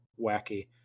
wacky